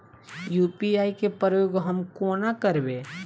UPI केँ प्रयोग हम कोना करबे?